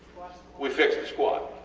we fix the squat.